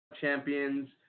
champions